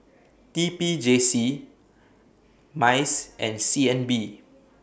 T P J C Mice and C N B